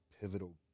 pivotal